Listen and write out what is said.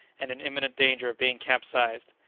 and in imminent danger of being capsized.